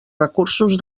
recursos